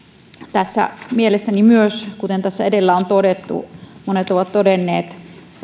tässä myös minun mielestäni kuten edellä monet ovat todenneet